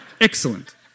Excellent